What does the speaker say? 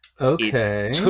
okay